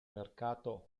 mercato